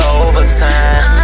overtime